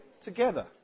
together